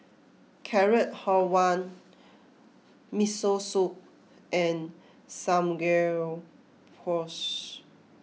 Carrot Halwa Miso Soup and Samgeyopsal